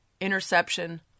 Interception